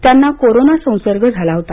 त्यांना कोरोना संसर्ग झाला होता